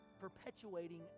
perpetuating